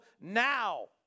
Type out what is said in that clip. Now